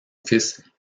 fils